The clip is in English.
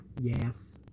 Yes